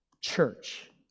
church